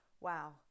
wow